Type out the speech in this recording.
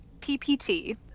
PPT